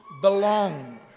belong